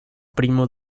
primo